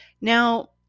Now